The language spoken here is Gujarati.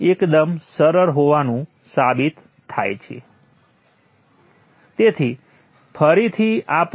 અમને તમામ વોલ્ટેજ આપશે